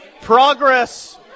progress